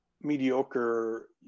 mediocre